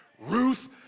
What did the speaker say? Ruth